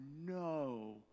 no